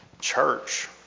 church